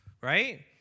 right